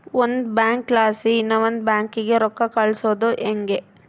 ಒಂದು ಬ್ಯಾಂಕ್ಲಾಸಿ ಇನವಂದ್ ಬ್ಯಾಂಕಿಗೆ ರೊಕ್ಕ ಕಳ್ಸೋದು ಯಂಗೆ